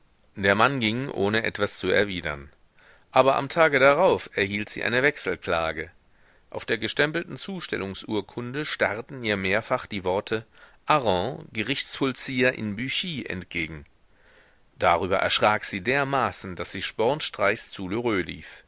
der mann ging ohne etwas zu erwidern aber am tage darauf erhielt sie eine wechselklage auf der gestempelten zustellungsurkunde starrten ihr mehrfach die worte hareng gerichtsvollzieher in büchy entgegen darüber erschrak sie dermaßen daß sie spornstreichs zu